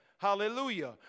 hallelujah